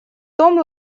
том